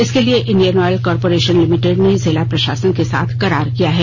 इसके लिए Indian Oil Corporation Limited ने जिला प्र ाासन के साथ करार किया है